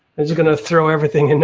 i'm just gonna throw everything in.